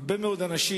הרבה מאוד אנשים,